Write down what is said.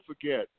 forget